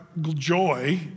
joy